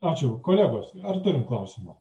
ačiū kolegos na ar turite klausimų